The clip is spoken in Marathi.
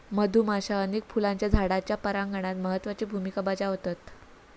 मधुमाश्या अनेक फुलांच्या झाडांच्या परागणात महत्त्वाची भुमिका बजावतत